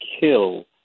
kill